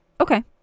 Okay